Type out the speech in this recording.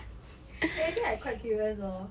eh actually I quite curious lor